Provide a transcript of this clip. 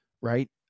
right